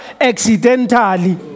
accidentally